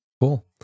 Cool